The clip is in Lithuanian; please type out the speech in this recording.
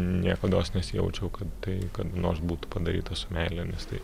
niekados nesijaučiau kad tai kada nors būtų padaryta su meile nes tai